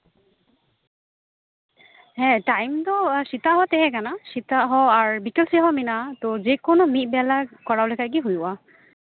ᱦᱮᱸ ᱴᱟᱭᱤᱢ ᱫᱚ ᱥᱮᱛᱟᱜ ᱦᱚᱸ ᱛᱟᱦᱮᱸᱠᱟᱱᱟ ᱥᱮᱛᱟᱜ ᱦᱚᱸ ᱟᱨ ᱵᱤᱠᱮᱞ ᱥᱮᱫ ᱦᱚᱸ ᱢᱮᱱᱟᱜᱼᱟ ᱛᱚ ᱡᱮᱠᱳᱱᱳ ᱢᱤᱫ ᱵᱮᱞᱟ ᱠᱚᱨᱟᱣ ᱞᱮᱠᱷᱟᱱ ᱜᱮ ᱦᱩᱭᱩᱜᱼᱟ